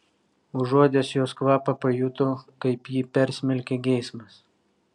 užuodęs jos kvapą pajuto kaip jį persmelkia geismas